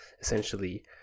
essentially